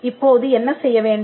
இப்போது என்ன செய்ய வேண்டும்